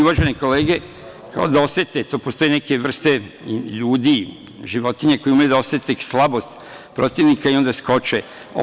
Uvažene kolege kao da osete, to postoje neke vrste ljudi, životinja koje umeju da osete slabost protivnika i onda skoče.